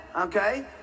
Okay